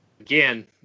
again